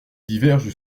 divergent